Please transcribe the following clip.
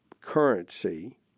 currency